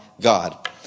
God